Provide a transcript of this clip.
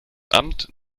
amt